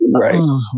Right